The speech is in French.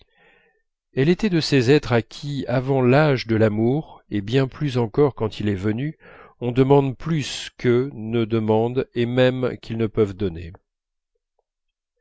elle était de ces êtres à qui avant l'âge de l'amour et bien plus encore quand il est venu on demande plus qu'eux ne demandent et même qu'ils ne peuvent donner